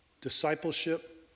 Discipleship